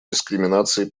дискриминации